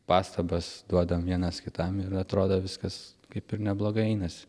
pastabas duodam vienas kitam ir atrodo viskas kaip ir neblogai einasi